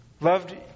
loved